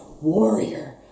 warrior